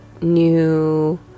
new